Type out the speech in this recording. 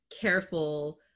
careful